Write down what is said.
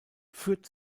führt